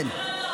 אין.